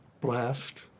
blast